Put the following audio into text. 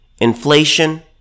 Inflation